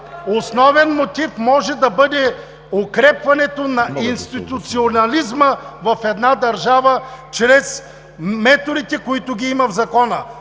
основен мотив може да бъде укрепването на институционализма в една държава чрез методите, които ги има в закона